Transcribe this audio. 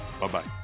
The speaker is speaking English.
Bye-bye